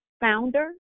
founder